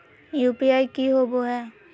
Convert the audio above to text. UPI की होबो है?